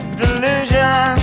delusion